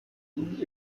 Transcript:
nun